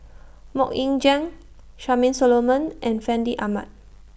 Mok Ying Jang Charmaine Solomon and Fandi Ahmad